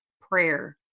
prayer